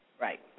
Right